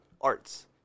arts